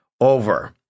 over